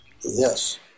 yes